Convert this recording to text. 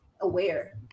aware